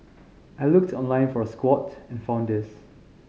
I looked online for a squat and found this